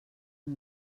amb